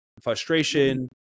frustration